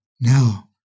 Now